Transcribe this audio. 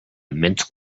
mint